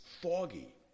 foggy